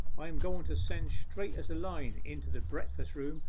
i am going to send straight as a line into the breakfast-room,